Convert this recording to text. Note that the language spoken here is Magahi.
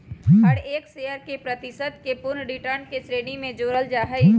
हर एक शेयर के प्रतिशत के पूर्ण रिटर्न के श्रेणी में जोडल जाहई